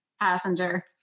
Passenger